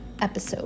episode